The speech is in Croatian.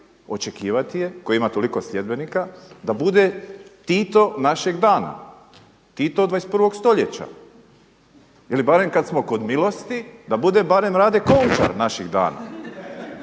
očekivati je, koji ima toliko sljedbenika da bude Tito našeg dana, Tito 21. stoljeća. Ili barem kada smo kod milosti da bude barem Rade Končar naših dana,